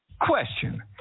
Question